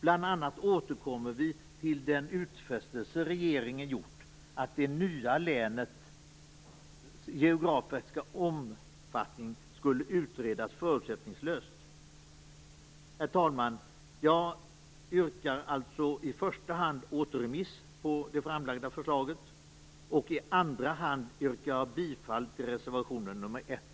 Bl.a. återkommer vi till den utfästelse som regeringen gjort, att det nya länets geografiska omfattning skulle utredas förutsättningslöst. Herr talman! Jag yrkar alltså i första hand på återremiss av det framlagda förslaget och i andra hand bifall till reservation nr 1.